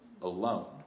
alone